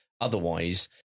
Otherwise